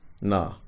Nah